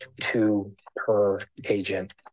two-per-agent